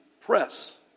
press